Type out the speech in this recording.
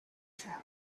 travel